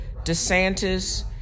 DeSantis